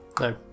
No